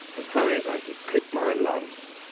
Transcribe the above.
as high as i could pick my lance.